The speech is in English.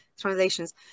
translations